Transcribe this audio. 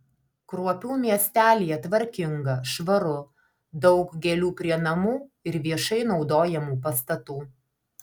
kruopių miestelyje tvarkinga švaru daug gėlių prie namų ir viešai naudojamų pastatų